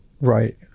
Right